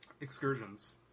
excursions